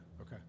Okay